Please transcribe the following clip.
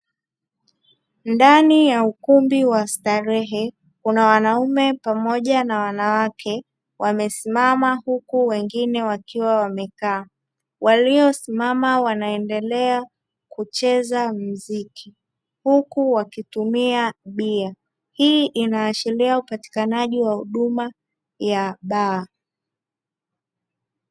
Ndani ya ukumbi wa starehe kuna wanaume pamoja na wanawake wamesimama huku wengine wakiwa wamekaa waliyosimama wanaendelea kucheza mziki huku wakitumia bia. Hii inaashiria upatikanaji wa huduma ya baa.